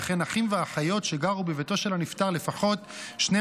וכן אחים ואחיות שגרו בביתו של הנפטר לפחות 12